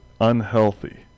unhealthy